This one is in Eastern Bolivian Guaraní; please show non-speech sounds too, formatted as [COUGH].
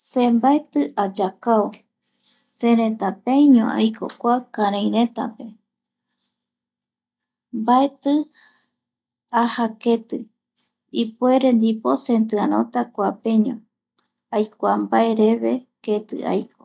Se mbaeti ayakao, seretapeaiño aiko [NOISE] kua karairetape mbaeti aja keti ,ipuere ndipo setiarota kuapeño, aikua mbaereve keti ai